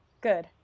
Good